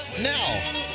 Now